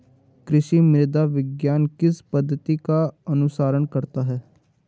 कृषि मृदा विज्ञान किस पद्धति का अनुसरण करता है?